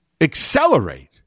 accelerate